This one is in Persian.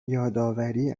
یادآوری